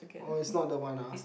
orh is not the one ah